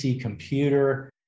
computer